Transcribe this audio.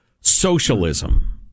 socialism